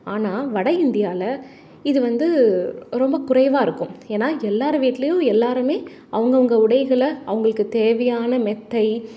ஆனால் வடஇந்தியாவில இது வந்து ரொம்ப குறைவாக இருக்கும் ஏன்னா எல்லாரும் வீட்டிலையும் எல்லோருமே அவங்கவங்க உடைகளை அவங்களுக்கு தேவையான மெத்தை